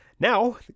Now